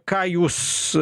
ką jūs